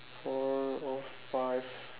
four or five